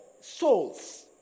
Souls